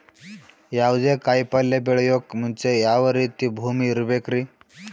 ಯಾವುದೇ ಕಾಯಿ ಪಲ್ಯ ಬೆಳೆಯೋಕ್ ಮುಂಚೆ ಯಾವ ರೀತಿ ಭೂಮಿ ಇರಬೇಕ್ರಿ?